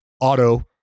auto